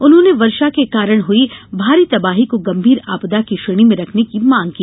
उन्होंने वर्षा के कारण हुई भारी तबाही को गंभीर आपदा की श्रेणी में रखने की माँग की